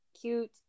cute